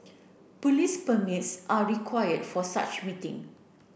police permits are required for such meeting